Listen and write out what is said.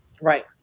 Right